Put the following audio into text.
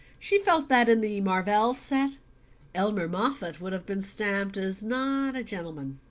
she felt that in the marvell set elmer moffatt would have been stamped as not a gentleman.